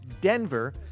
Denver